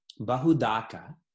Bahudaka